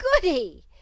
goody